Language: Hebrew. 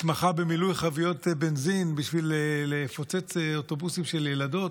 התמחה במילוי חביות בנזין בשביל לפוצץ אוטובוסים של ילדים?